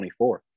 24